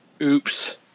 Oops